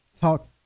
talk